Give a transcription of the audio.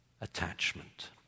attachment